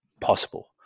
possible